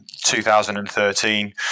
2013